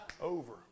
Over